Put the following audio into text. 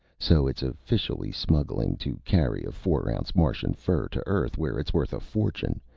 so it's officially smuggling to carry a four-ounce martian fur to earth where it's worth a fortune,